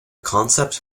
concept